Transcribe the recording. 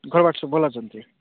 ଘରେ ବାଟେ ସବୁ ଭଲ ଅଛନ୍ତି